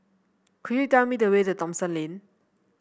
could you tell me the way to Thomson Lane